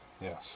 Yes